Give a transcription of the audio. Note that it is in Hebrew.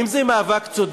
אם זה מאבק צודק,